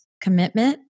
commitment